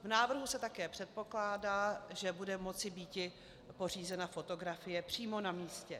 V návrhu se také předpokládá, že bude moci být pořízena fotografie přímo na místě.